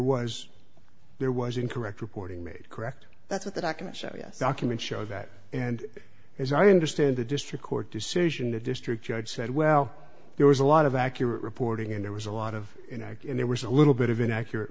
was there was incorrect reporting made correct that's what the documents show us documents show about and as i understand the district court decision the district judge said well there was a lot of accurate reporting in there was a lot of you know there was a little bit of inaccurate